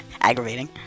aggravating